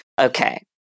Okay